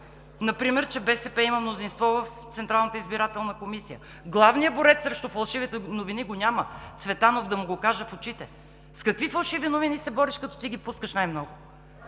Например, че БСП има мнозинство в Централната избирателна комисия. Главния борец срещу фалшивите новини го няма – Цветанов, за да му кажа в очите: с какви фалшиви новини се бориш, като ти ги пускаш най-много?